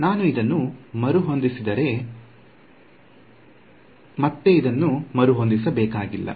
ನಾನು ಇದನ್ನು ಮರುಹೊಂದಿಸಿದರೆ ನಾನು ಇದನ್ನು ಮರುಹೊಂದಿಸಬೇಕಾಗಿಲ್ಲ